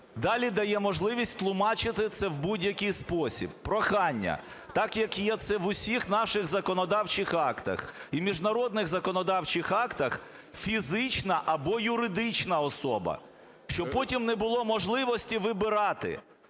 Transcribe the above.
далі дає можливість тлумачити це в будь-який спосіб. Прохання. Так як є це в усіх наших законодавчих актах і міжнародних законодавчих актах "фізична або юридична особа", щоб потім не було можливості вибирати.